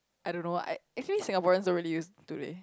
I don't know I actually Singaporeans already use today